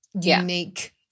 unique